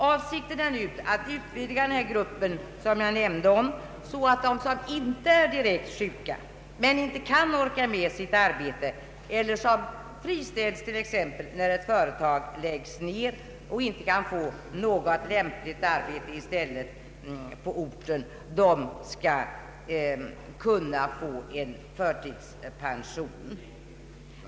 Avsikten är nu att utvidga den grupp som jag nämnde om så att de som inte är direkt sjuka men kanske inte orkar med sitt arbete eller som friställs när ett företag läggs ned och som inte kan få något lämpligt arbete i stället på orten skall kunna få förtidspension.